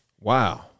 Wow